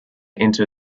enter